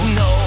no